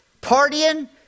partying